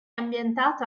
ambientato